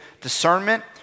discernment